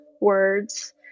words